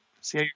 See